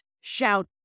shout